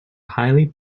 highly